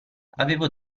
avevo